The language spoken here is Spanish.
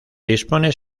dispone